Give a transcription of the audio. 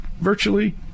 virtually